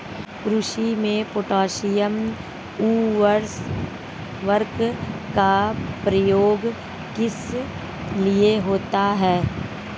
कृषि में पोटैशियम उर्वरक का प्रयोग किस लिए होता है?